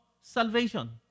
salvation